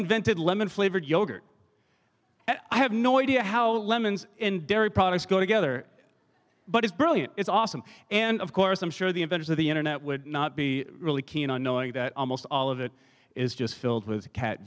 invented lemon flavored yogurt i have no idea how lemons in dairy products go together but it's brilliant it's awesome and of course i'm sure the inventors of the internet would not be really keen on knowing that almost all of it is just filled with